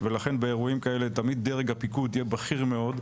ולכן באירועים כאלה תמיד דרג הפיקוד יהיה בכיר מאוד,